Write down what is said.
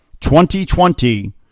2020